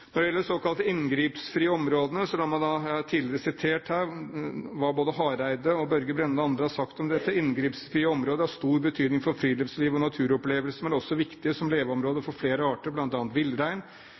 Når det gjelder de såkalte inngrepsfrie områdene, har jeg tidligere referert til hva både Hareide og Børge Brende og andre har sagt om dette, bl.a. at inngrepsfrie områder har stor betydning for friluftsliv og naturopplevelser, at det også er viktig som leveområder